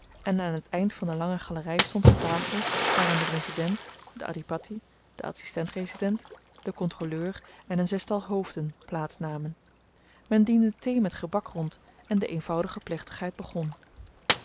en aan t eind van de lange galery stond een tafel waaraan de resident de adhipatti de adsistent resident de kontroleur en een zestal hoofden plaats namen men diende thee met gebak rond en de eenvoudige plechtigheid begon